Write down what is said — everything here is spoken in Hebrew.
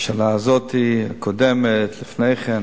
הממשלה הזאת, הקודמת, לפני כן.